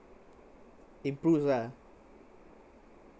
improves ah